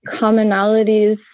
commonalities